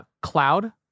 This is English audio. Cloud